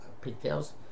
pigtails